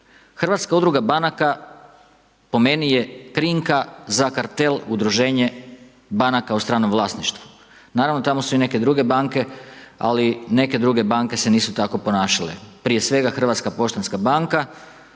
Hrvatska udruga banaka po meni je krinka za kartel, udruženje banka u stranom vlasništvu. Naravno tamo su i neke druge banke ali neke druge banke se nisu tako ponašale. Prije svega HPB koja je